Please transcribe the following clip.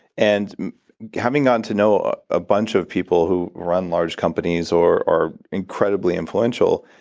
and having gotten to know a bunch of people who run large companies, or are incredibly influential,